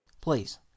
Please